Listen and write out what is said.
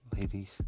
Ladies